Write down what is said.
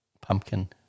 pumpkin